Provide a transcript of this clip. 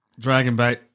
Dragonbait